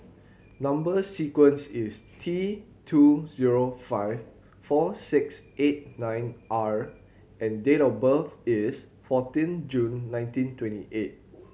number sequence is T two zero five four six eight nine R and date of birth is fourteen June nineteen twenty eight